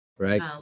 Right